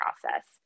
process